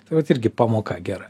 tai vat irgi pamoka gera